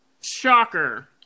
Shocker